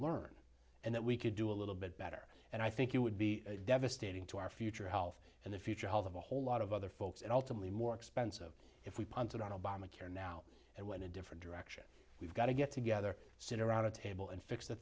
learn and that we could do a little bit better and i think it would be devastating to our future health and the future health of a whole lot of other folks and ultimately more expensive if we punted on obamacare now and when a different direction we've got to get together sit around a table and fix the